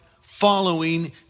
following